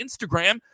Instagram